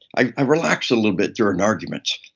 i relax a little bit during arguments.